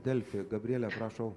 delfi gabriele prašau